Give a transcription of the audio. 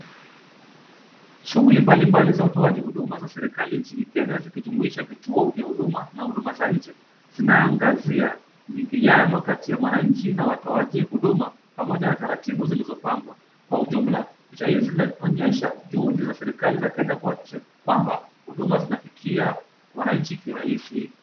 Shughuli mbalimbali za utoaji huduma za serikali nchini Kenya zikijumuisha vituo vya huduma na huduma za nje. Zinaangazia mwingiliano kati ya mwananchi na watoaji huduma pamoja na taratibu zilizopangwa. Kwa ujumla picha hizi zinaonyesha juhudi za serikali ya Kenya kuhakikisha kwamba huduma zinafikia wananchi kirahisi.